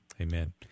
Amen